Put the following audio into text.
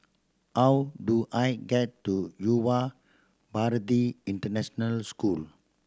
how do I get to Yuva Bharati International School